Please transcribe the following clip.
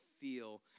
feel